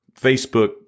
Facebook